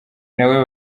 nawe